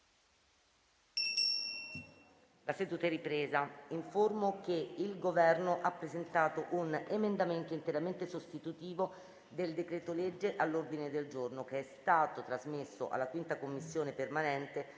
alle ore 22,31)*. Informo che il Governo ha presentato un emendamento interamente sostitutivo del decreto-legge all'ordine del giorno, che è stato trasmesso alla 5a Commissione permanente,